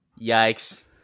Yikes